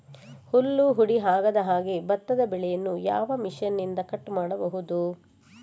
ಹುಲ್ಲು ಹುಡಿ ಆಗದಹಾಗೆ ಭತ್ತದ ಬೆಳೆಯನ್ನು ಯಾವ ಮಿಷನ್ನಿಂದ ಕಟ್ ಮಾಡಬಹುದು?